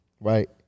right